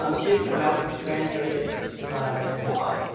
um this when i was preparing for this talk,